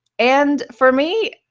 and for me,